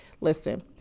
listen